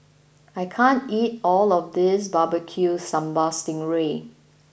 I can't eat all of this Barbecue Sambal Sting Ray